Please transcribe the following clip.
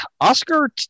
oscar